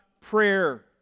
prayer